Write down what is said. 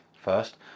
first